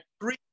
three